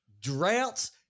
droughts